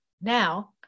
Now